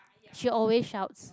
she always shouts